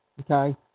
okay